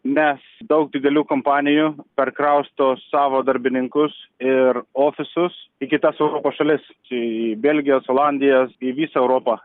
nes daug didelių kompanijų perkrausto savo darbininkus ir ofisus į kitas europos šalis čia į belgijas olandijas į visą europą